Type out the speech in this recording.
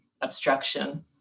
obstruction